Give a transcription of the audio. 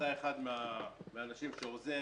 ואתה אחד מהאנשים שעוזרים,